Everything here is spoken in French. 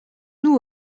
nous